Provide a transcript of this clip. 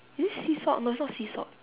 is this sea salt mask not sea salt